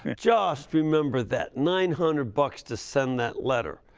and just remember that, nine hundred bucks to send that letter!